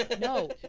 no